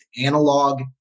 analog